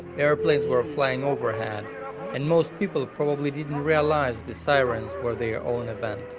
airplanes were flying overhead and most people probably didn't realize the sirens or their own event.